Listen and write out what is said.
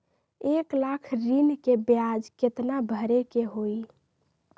एक लाख ऋन के ब्याज केतना भरे के होई?